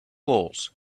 walls